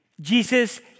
Jesus